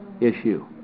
issue